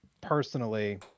personally